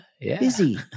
Busy